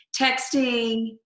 texting